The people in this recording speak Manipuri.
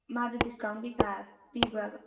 ꯃꯥꯗꯨ ꯗꯤꯁꯀꯥꯎꯟ ꯀꯩꯀꯥ ꯄꯤꯕ꯭ꯔꯥꯕ